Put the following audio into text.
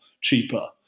cheaper